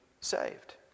saved